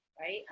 right